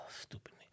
Stupid